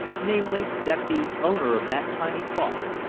namely, that the owner of that tiny cross,